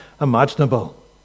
imaginable